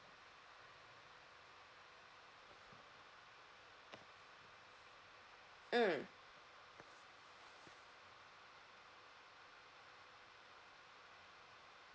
mm